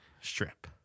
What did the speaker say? strip